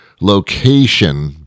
location